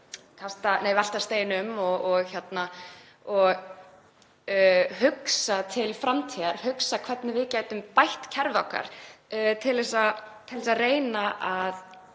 veltum við öllum steinum og hugsum til framtíðar, hugsum hvernig við gætum bætt kerfi okkar til þess til að reyna að